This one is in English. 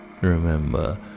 remember